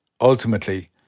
ultimately